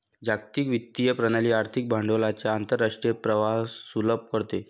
जागतिक वित्तीय प्रणाली आर्थिक भांडवलाच्या आंतरराष्ट्रीय प्रवाहास सुलभ करते